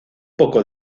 poco